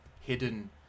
hidden